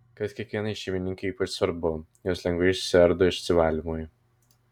kas kiekvienai šeimininkei ypač svarbu jos lengvai išsiardo išvalymui